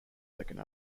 second